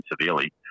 severely